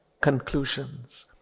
conclusions